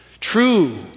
True